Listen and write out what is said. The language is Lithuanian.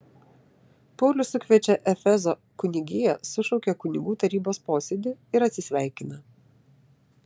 paulius sukviečia efezo kunigiją sušaukia kunigų tarybos posėdį ir atsisveikina